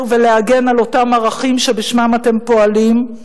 ולהגן על אותם ערכים שבשמם אתם פועלים,